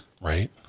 Right